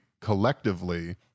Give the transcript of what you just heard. collectively